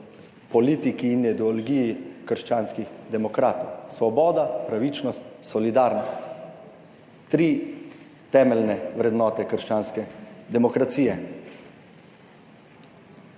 politiki in ideologiji krščanskih demokratov. Svoboda, pravičnost, solidarnost – tri temeljne vrednote krščanske demokracije.